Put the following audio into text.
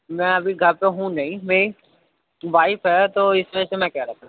میں ابھی گھر پہ ہوں نہیں میں وائف ہے تو اِس وجہ سے میں کہہ رہا تھا